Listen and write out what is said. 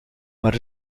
maar